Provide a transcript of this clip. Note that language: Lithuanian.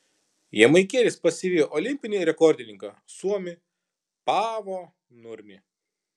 jamaikietis pasivijo olimpinį rekordininką suomį paavo nurmį